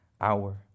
hour